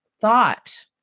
thought